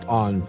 on